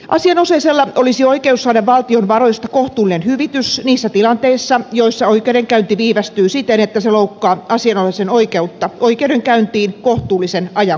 asianosaisella olisi oikeus saada valtion varoista kohtuullinen hyvitys niissä tilanteissa joissa oikeudenkäynti viivästyy siten että se loukkaa asianosaisen oikeutta oikeudenkäyntiin kohtuullisen ajan kuluessa